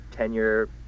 tenure